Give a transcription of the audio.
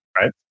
Right